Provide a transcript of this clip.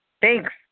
Thanks